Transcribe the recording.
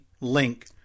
link